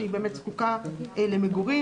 היא באמת זקוקה למגורים.